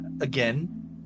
again